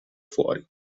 fuori